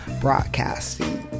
broadcasting